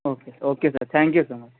okay okay sir thank you sir